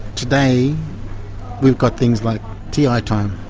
today we've got things like ti ah time,